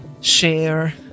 share